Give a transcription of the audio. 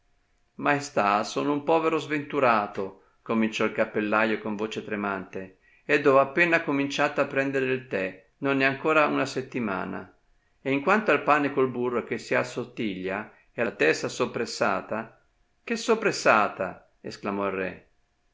no maestà sono un povero sventurato cominciò il cappellaio con voce tremante ed ho appena cominciato a prendere il tè non è ancora una settimana e in quanto al pane col burro che si assottiglia e alla testa soppressata che soppressata